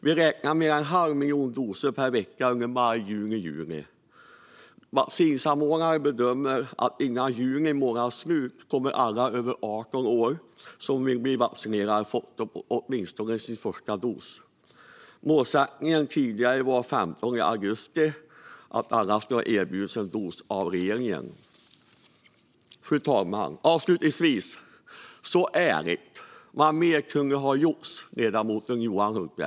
Vi räknar med en halv miljon doser per vecka under maj, juni och juli. Vaccinsamordnaren bedömer att alla över 18 år som vill bli vaccinerade kommer att ha fått åtminstone sin första dos före juni månads slut. Regeringens tidigare målsättning var att alla skulle ha erbjudits en dos senast den 15 augusti. Fru talman! Ärligt, ledamoten Johan Hultberg, vad mer kunde ha gjorts?